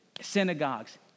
synagogues